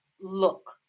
look